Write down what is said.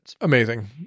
Amazing